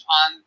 on